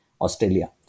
Australia